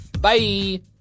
Bye